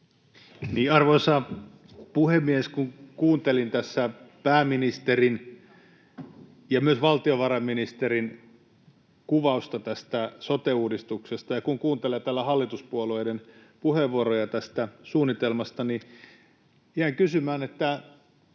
Arvoisa puhemies! Kun kuuntelin tässä pääministerin ja myös valtiovarainministerin kuvausta tästä sote-uudistuksesta ja kun kuuntelee täällä hallituspuolueiden puheenvuoroja tästä suunnitelmasta, niin jään kysymään, että